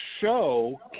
show